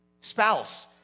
Spouse